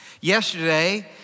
Yesterday